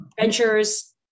ventures